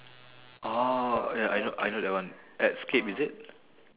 oh ya I know I know that one at scape is it